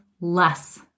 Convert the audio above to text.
less